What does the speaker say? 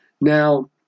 Now